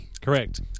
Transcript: Correct